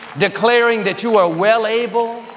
declaring that you are well able,